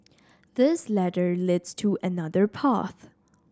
this ladder leads to another path